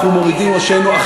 אנחנו מורידים ראשינו.